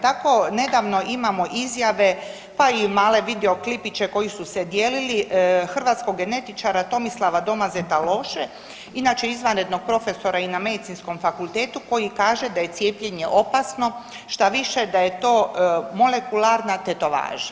Tako nedavno imamo izjave pa i male video klipiće koji su se dijelili hrvatskog genetičara Tomislava Domazeta Loše inače izvanrednog profesora i na Medicinskom fakultetu koji kaže da je cijepljenje opasno, štaviše da je to molekularna tetovaža?